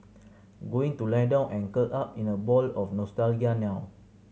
going to lie down and curl up in a ball of nostalgia now